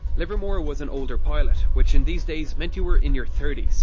livermore was an older pilot, which in these days meant you were in your thirty s,